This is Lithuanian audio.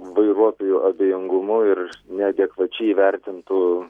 vairuotojų abejingumu ir neadekvačiai įvertintu